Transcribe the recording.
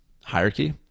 hierarchy